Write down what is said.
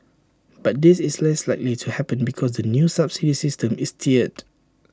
but this is less likely to happen because the new subsidy system is tiered